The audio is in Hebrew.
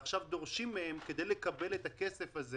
שקל, ועכשיו דורשים מהם כדי לקבל את הכסף הזה